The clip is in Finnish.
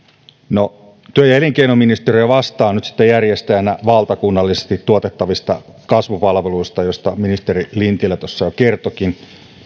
no työ ja elinkeinoministeriö vastaa nyt sitten järjestäjänä valtakunnallisesti tuotettavista kasvupalveluista joista ministeri lintilä tuossa jo kertoikin